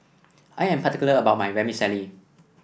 I am particular about my Vermicelli